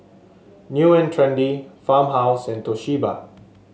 New And Trendy Farmhouse and Toshiba